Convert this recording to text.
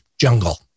jungle